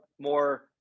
more